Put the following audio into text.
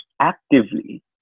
actively